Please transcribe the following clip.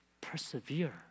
persevere